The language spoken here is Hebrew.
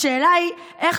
השאלה היא קודם כול,